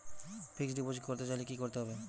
Fixed deposit করতে চাইলে কি করতে হবে?